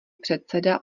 předseda